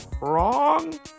Wrong